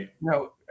no